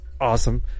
Awesome